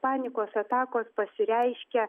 panikos atakos pasireiškia